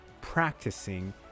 practicing